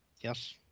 Yes